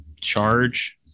charge